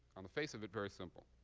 on the face of it, very simple.